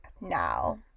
now